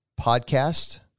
podcast